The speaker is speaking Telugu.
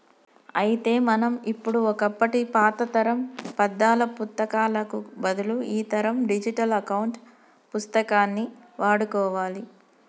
అయితే మనం ఇప్పుడు ఒకప్పటి పాతతరం పద్దాల పుత్తకాలకు బదులు ఈతరం డిజిటల్ అకౌంట్ పుస్తకాన్ని వాడుకోవాలి